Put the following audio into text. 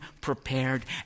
prepared